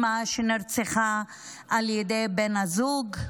לרוב זו אימא שנרצחה על ידי בן הזוג,